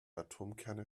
atomkerne